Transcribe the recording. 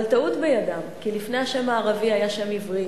אבל טעות בידם, כי לפני השם הערבי היה שם עברי